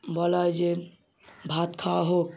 বলা হয় যে ভাত খাওয়া হোক